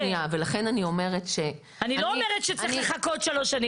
אני לא אומרת שצריך לחכות שלוש שנים.